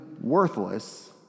worthless